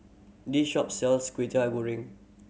this shop sells Kwetiau Goreng